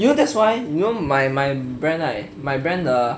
you know that's why you know my my brand like my brand 的